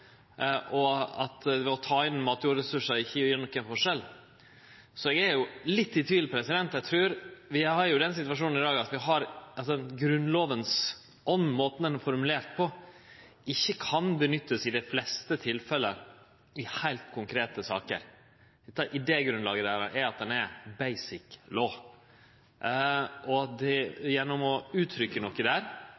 og at det å ta inn matjordressursar ikkje gjer nokon forskjell. Så eg er jo litt i tvil – vi har jo den situasjonen i dag at Grunnlovas ånd, måten Grunnlova er formulert på, ikkje kan nyttast i dei fleste tilfelle i heilt konkrete saker. Idégrunnlaget er at den er «Basic Law», og gjennom å uttrykkje noko der endrar ein